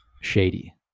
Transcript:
shady